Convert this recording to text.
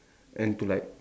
and to like